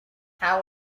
how